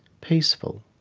peaceful.